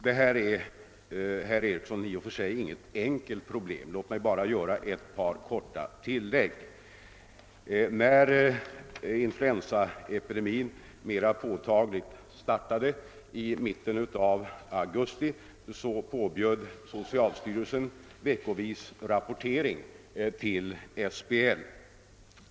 Detta är, herr Eriksson, i och för sig inget enkelt problem. Låt mig därför göra ett par korta tillägg. När influensaepidemin mera påtagligt startade i mitten av december förra året påbjöd socialstyrelsen rapportering veckovis till SBL.